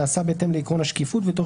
ונעשה בהתאם לעיקרון השקיפות ותוך